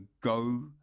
go